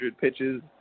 pitches